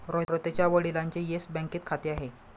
रोहितच्या वडिलांचे येस बँकेत खाते आहे